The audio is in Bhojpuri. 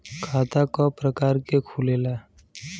खाता क प्रकार के खुलेला?